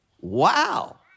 wow